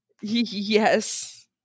yes